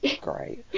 great